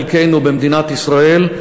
חלקנו במדינת ישראל,